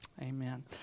Amen